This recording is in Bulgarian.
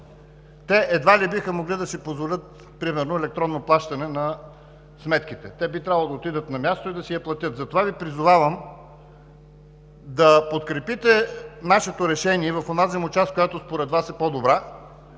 Те едва ли биха могли да си позволят примерно електронно плащане на сметките – би трябвало да отидат на място и да си ги платят. Затова Ви призовавам да подкрепите нашия проект за решение в онази му част, която според Вас е по-добра,